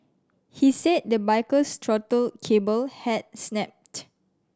he said the biker's throttle cable had snapped